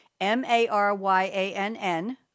m-a-r-y-a-n-n